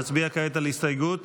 נצביע כעת על הסתייגות